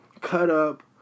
cut-up